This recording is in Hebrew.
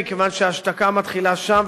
מכיוון שההשתקה מתחילה שם,